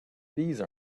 these